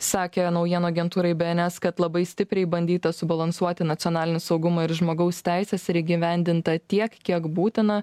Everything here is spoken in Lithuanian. sakė naujienų agentūrai bns kad labai stipriai bandyta subalansuoti nacionalinį saugumą ir žmogaus teises ir įgyvendinta tiek kiek būtina